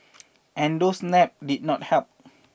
and those naps did not help